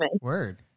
Word